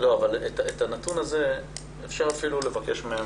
את הנתון הזה אפשר לבקש,